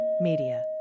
Media